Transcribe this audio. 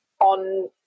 on